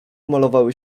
malowały